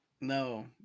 no